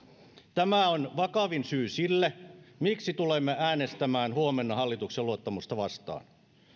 tämä on vakavin syy sille miksi tulemme äänestämään huomenna hallituksen luottamusta vastaan